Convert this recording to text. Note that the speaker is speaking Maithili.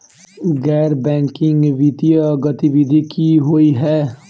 गैर बैंकिंग वित्तीय गतिविधि की होइ है?